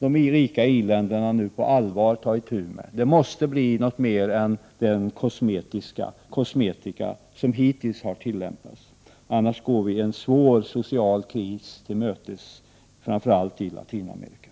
De rika i-länderna måste nu på allvar ta itu med skuldkrisen. Det måste bli något mer än den kosmetika som hittills har använts. Annars går vi en svår social kris till mötes, framför allt i Latinamerika.